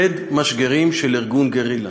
ציד משגרים של ארגון גרילה.